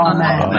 Amen